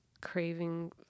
craving